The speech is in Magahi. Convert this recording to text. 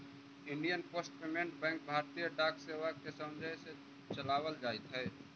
इंडियन पोस्ट पेमेंट बैंक भारतीय डाक सेवा के सौजन्य से चलावल जाइत हइ